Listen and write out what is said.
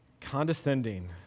condescending